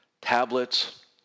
Tablets